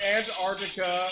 Antarctica